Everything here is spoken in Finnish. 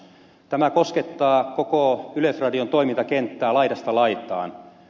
tämä koskettaa koko yleisradion toimintakenttää laidasta laitaan